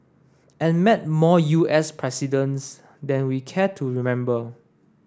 and met more U S presidents than we care to remember